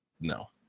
no